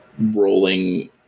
rolling